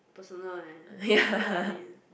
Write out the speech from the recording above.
personal eh you get what I mean